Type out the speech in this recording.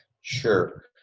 Sure